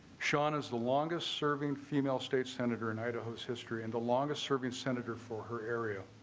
shaun is the longest serving female state senator in idaho's history and the longest serving senator for her area.